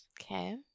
Okay